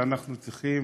ואנחנו צריכים